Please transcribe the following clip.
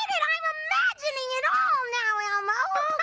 it, i'm imagining it all now elmo. oh